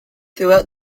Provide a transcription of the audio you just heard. throughout